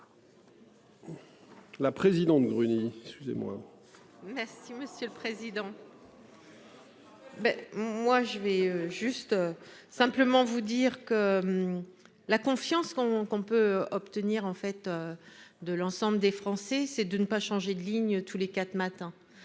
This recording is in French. La présidente Gruny excusez-moi. Merci monsieur le président. Ben moi je vais juste simplement vous dire que. La confiance qu'on qu'on peut obtenir en fait. De l'ensemble des Français, c'est de ne pas changer de ligne tous les quatre matins